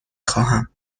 خواهم